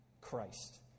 Christ